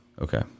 Okay